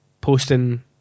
posting